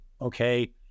okay